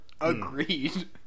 Agreed